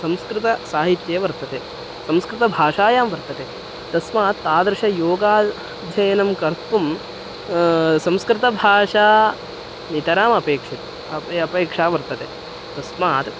संस्कृतसाहित्ये वर्तते संस्कृतभाषायां वर्तते तस्मात् तादृशयोगाध्ययनं कर्तुं संस्कृतभाषा नितरामपेक्षितम् अपे अपेक्षा वर्तते तस्मात्